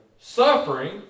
suffering